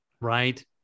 Right